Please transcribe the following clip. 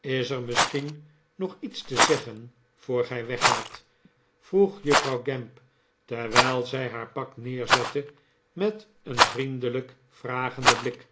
is er misschien nog iets te zeggen voor gij weggaat vroeg juffrouw gamp terwijl zij haar pak neerlegde met een vriendelijk vragenden blik